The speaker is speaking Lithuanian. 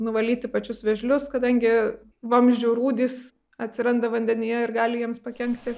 nuvalyti pačius vėžlius kadangi vamzdžių rūdys atsiranda vandenyje ir gali jiems pakenkti